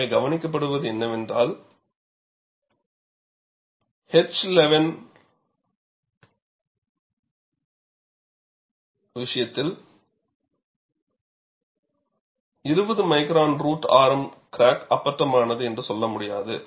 எனவே கவனிக்கப்படுவது என்னவென்றால் H 11 எஃகு விஷயத்தில் 20 மைக்ரான் ரூட் ஆரம் கிராக் அப்பட்டமானது என்று சொல்ல முடியாது